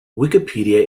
wikipedia